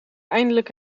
eindelijk